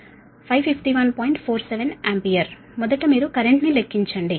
47 ampere మొదట మీరు కరెంట్ను లెక్కించండి